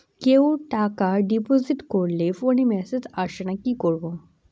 কেউ টাকা ডিপোজিট করলে ফোনে মেসেজ আসেনা কি করবো?